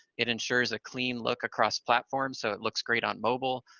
it ensures a clean look across platforms so it looks great on mobile.